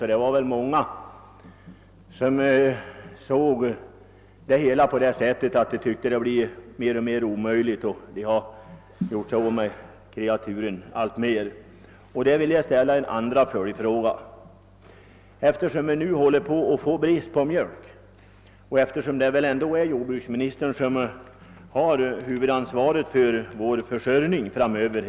Många har tyckt att det blivit mer och mer omöjligt på detta område och har i stor utsträckning gjort sig av med kreaturen. Jag vill därför ställa en andra följdfråga till jordbruksministern, eftersom vi nu håller på att få brist på mjölk och eftersom det väl ändå är jordbruksministern som har huvudansvaret för vår försörjning framöver.